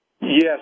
Yes